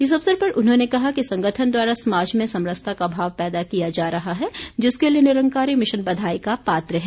इस अवसर पर उन्होंने कहा कि संगठन द्वारा समाज में समरसता का भाव पैदा किया जा रहा है जिसके लिए निरंकारी मिशन बधाई का पात्र है